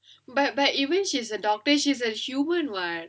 but but even she's a doctor she's a human [what]